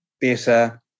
better